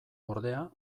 ordea